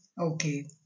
Okay